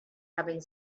having